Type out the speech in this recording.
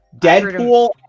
deadpool